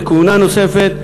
לכהונה נוספת.